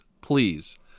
Please